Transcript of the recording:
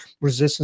resistance